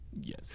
Yes